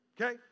okay